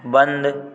बंद